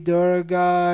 Durga